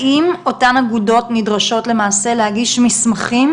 האם אותן אגודות נדרשות למעשה להגיש מסמכים,